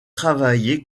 travaillé